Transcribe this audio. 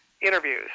interviews